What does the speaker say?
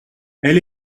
elle